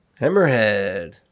Hammerhead